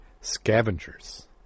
scavengers